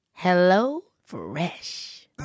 HelloFresh